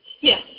Yes